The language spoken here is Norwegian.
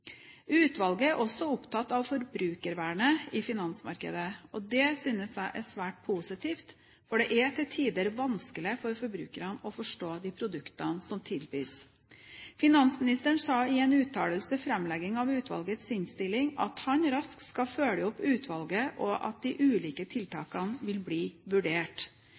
Utvalget er også opptatt av forbrukervernet i finansmarkedet. Det synes jeg er svært positivt, for det er til tider vanskelig for forbrukerne å forstå de produktene som tilbys. Finansministeren sa ved framleggingen av utvalgets innstilling at han raskt skal følge opp utvalget, og at de ulike tiltakene vil bli vurdert.